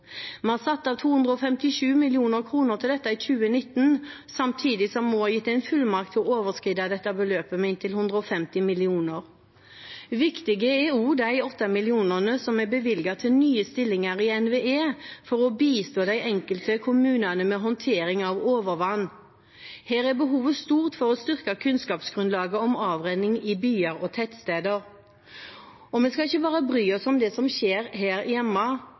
Vi har satt av 257 mill. kr til dette i 2019. Samtidig har vi også gitt en fullmakt til å overskride dette beløpet med inntil 150 mill. kr. Viktig er også de 8 mill. kr som er bevilget til nye stillinger i NVE for å bistå de enkelte kommunene med håndtering av overvann. Her er behovet stort for å styrke kunnskapsgrunnlaget om avrenning i byer og tettsteder. Og vi skal ikke bare bry oss om det som skjer her hjemme.